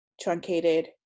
truncated